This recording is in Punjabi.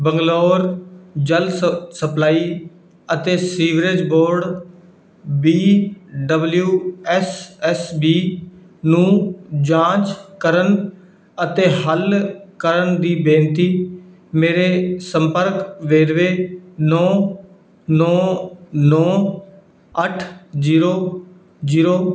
ਬੰਗਲੌਰ ਜਲ ਸਪਲਾਈ ਅਤੇ sewerage board B W S S B ਨੂੰ ਜਾਂਚ ਕਰਨ ਅਤੇ ਹੱਲ ਕਰਨ ਦੀ ਬੇਨਤੀ ਮੇਰੇ ਸੰਪਰਕ ਵੇਰਵੇ ਨੌਂ ਨੌਂ ਨੌਂ ਅੱਠ ਜ਼ੀਰੋ ਜ਼ੀਰੋ